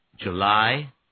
July